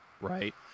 right